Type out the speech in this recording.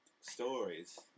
Stories